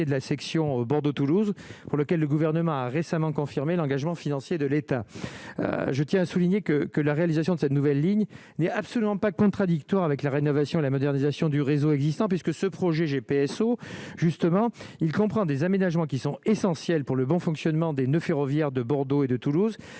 de la section Bordeaux-Toulouse, pour lequel le gouvernement a récemment confirmé l'engagement financier de l'État, je tiens à souligner que que la réalisation de cette nouvelle ligne n'est absolument pas contradictoire avec la rénovation et la modernisation du réseau existant puisque ce projet GPSO justement, il comprend des aménagements qui sont essentiels pour le bon fonctionnement des noeuds ferroviaires de Bordeaux et de Toulouse,